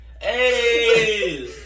hey